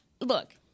look